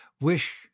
wish